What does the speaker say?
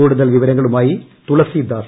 കൂടുതൽ വിവരങ്ങളുമായി ്തുളസീദാസ്